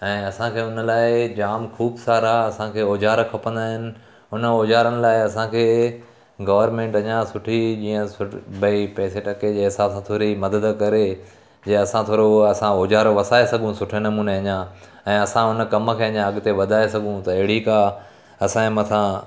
ऐं असांखे उन लाइ जाम ख़ूब सारा असांखे औजार खपंदा आहिनि उन औजारनि लाइ असांखे गवर्नमेंट अञा सुठी जीअं सु भई पैसा टके जे हिसाब सां थोरी मदद करे जीअं असां थोरो असां औजार वसाए सघूं सुठे नमूने अञा ऐं असां हुन कम खे अञा अॻिते वधाए सघूं त अहिड़ी का असांजे मथां